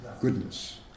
goodness